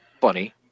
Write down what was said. funny